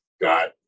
got